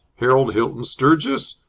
harold hilton sturgis,